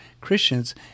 christians